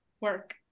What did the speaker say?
work